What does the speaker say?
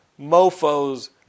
mofos